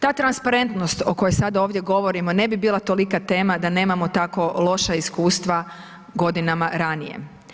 Ta transparentnost o kojoj sada ovdje govorimo ne bi bila tolika tema da nema tako loša iskustva godinama ranije.